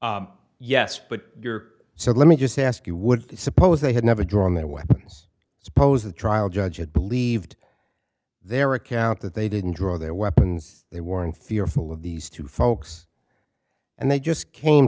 they yes but your so let me just ask you would suppose they had never drawn their weapons suppose the trial judge had believed their account that they didn't draw their weapons they were in fearful of these two folks and they just came